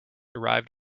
arrived